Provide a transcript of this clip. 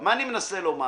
מה אני מנסה לומר